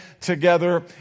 together